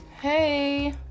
Hey